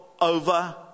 Over